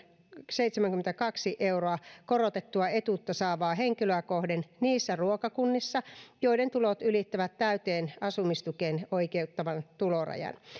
seitsemänkymmentäkaksi euroa korotettua etuutta saavaa henkilöä kohden niissä ruokakunnissa joiden tulot ylittävät täyteen asumistukeen oikeuttavan tulorajan